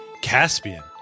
Caspian